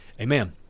Amen